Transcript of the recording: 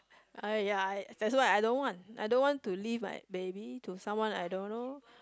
I ya that's why I don't want I don't want to leave my baby to someone I don't know